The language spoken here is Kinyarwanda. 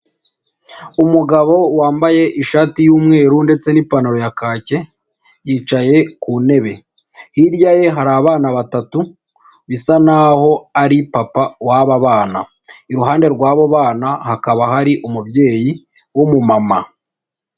Umugabo wambaye ishati y'umweru ndetse n'ipantaro ya kake yicaye ku ntebe, hirya ye hari abana batatu bisa naho ari papa waba bana, iruhande rw'abo bana hakaba hari umubyeyi w'umumama.